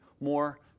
more